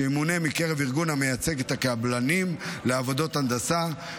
שימונה מקרב ארגון המייצג את הקבלנים לעבודות הנדסה,